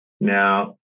Now